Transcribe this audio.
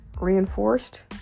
reinforced